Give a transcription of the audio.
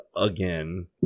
again